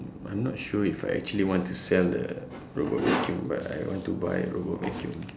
I am not sure if I actually want to sell the robot vacuum but I want to buy robot vacuum